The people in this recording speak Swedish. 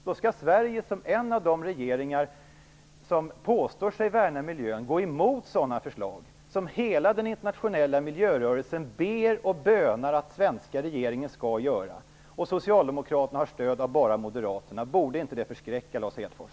Då skall Sveriges regering som en av de regeringar som påstår sig värna miljön gå emot sådana förslag som hela den internationella miljörörelsen ber och bönar att den svenska regeringen skall genomföra. Socialdemokraterna har stöd av bara Moderaterna. Borde det inte förskräcka, Lars Hedfors?